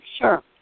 Sure